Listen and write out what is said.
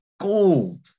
gold